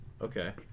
Okay